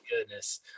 goodness